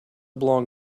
blonde